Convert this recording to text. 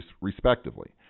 respectively